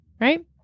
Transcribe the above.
right